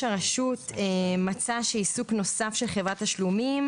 הרשות מצא שעיסוק נוסף של חברת תשלומים